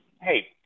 Hey